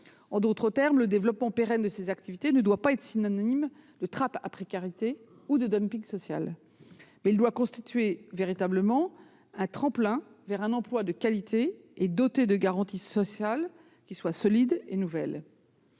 En d'autres termes, le développement pérenne de ces activités ne doit pas être synonyme de trappe à précarité ou de dumping social, mais doit constituer un vrai tremplin vers un emploi de qualité ; il doit être doté de garanties sociales solides et nouvelles.